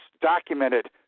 documented